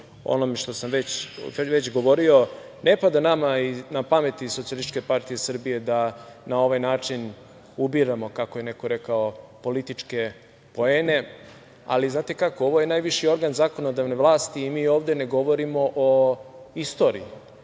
onome što je govorio. Ne pada nama na pamet iz SPS da na ovaj način ubiramo, kako je neko rekao, političke poene, ali znate kako, ovo je najviši organ zakonodavne vlasti i mi ovde ne govorimo o istoriji.